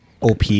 OP